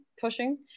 pushing